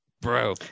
Bro